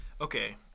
Okay